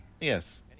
Yes